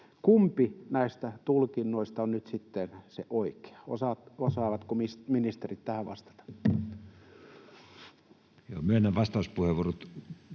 Kumpi näistä tulkinnoista on nyt sitten se oikea? Osaavatko ministerit tähän vastata? Myönnän vastauspuheenvuorot